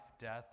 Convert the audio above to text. death